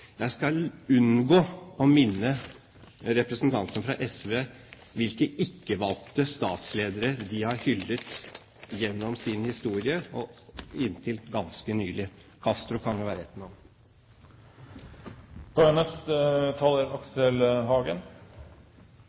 Jeg skal unngå å minne representantene fra SV om hvilke ikke-valgte statsledere de har hyllet gjennom sin historie, inntil ganske nylig – Castro kan jo være